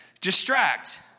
Distract